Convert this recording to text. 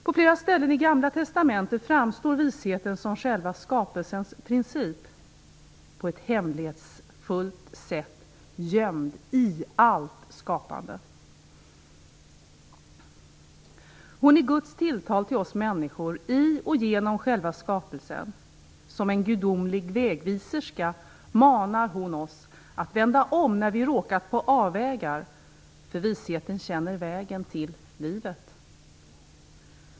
På flera ställen i Gamla testamentet framstår visheten som själva skapelsens princip, på ett hemlighetsfullt sätt gömd i allt skapat. Hon är Guds tilltal till oss människor i och genom själva skapelsen. Som en gudomlig vägviserska manar hon oss att vända om när vi råkat på avvägar, för Visheten känner vägen till livet.